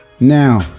Now